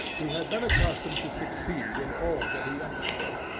he had been accustomed to succeed in all that he undertook.